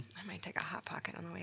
i might take a hot pocket on